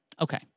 Okay